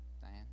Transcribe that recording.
Diane